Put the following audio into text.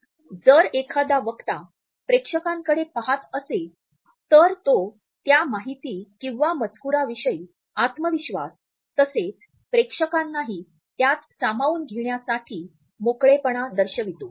जर एखादा वक्ता प्रेक्षकांकडे पहात असेल तर तो त्या माहिती किंवा मजकुराविषयी आत्मविश्वास तसेच प्रेक्षकांनाही त्यात सामावून घेण्यासाठी मोकळेपणा दर्शवितो